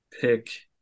Pick